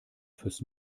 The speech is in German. fürs